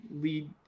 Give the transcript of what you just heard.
lead